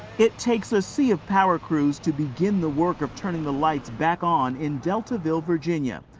it takes a sea of power crews to begin the work of turning the lights back on in deltaville, virginia.